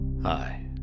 Hi